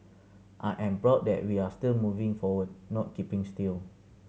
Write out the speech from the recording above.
I am proud that we are still moving forward not keeping still